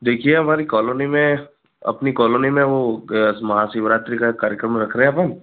देखिए हमारी कॉलोनी में अपनी कॉलोनी में वो महाशिवरात्रि का कार्यक्रम रख रहे हैं अपन